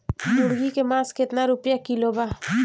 मुर्गी के मांस केतना रुपया किलो बा?